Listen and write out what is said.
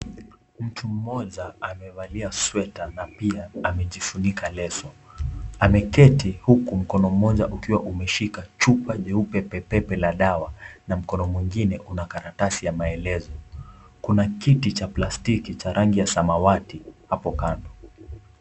Mtu mmoja amevalia sweater na pia amejifunika leso. Ameketi huku mkono mmoja ukiwa umeshika chupa jeupe pepepe la dawa, na mkono mwingine una karatasi ya maelezo. Kuna kiti cha plastiki cha rangi ya samawati hapo kando.